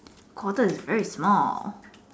quarter is very small